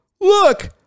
look